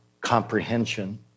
comprehension